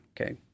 Okay